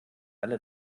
alle